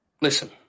listen